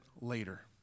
later